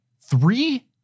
three